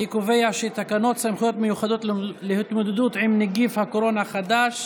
אני קובע שתקנות סמכויות מיוחדות להתמודדות עם נגיף הקורונה החדש